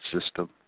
system